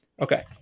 Okay